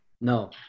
No